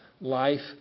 life